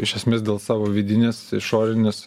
iš esmės dėl savo vidinės išorinės